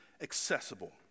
accessible